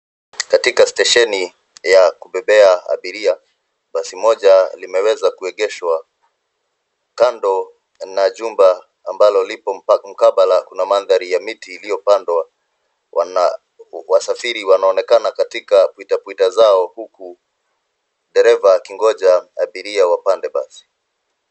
Katika stesheni ya kubebea abiria basi moja limeweza kuegeshwa kando na jumba ambalo lipo mkabala na mandhari ya miti liliyo pandwa. Wasafiri wanaonekana katika pwita pwita zao huku dereva akingoja abiria wapande basi.